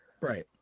Right